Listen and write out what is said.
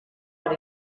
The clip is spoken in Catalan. per